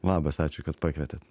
labas ačiū kad pakvietėt